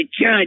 judge